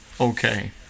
okay